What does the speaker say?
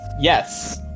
Yes